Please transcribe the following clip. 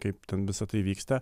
kaip ten visa tai vyksta